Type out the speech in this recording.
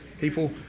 People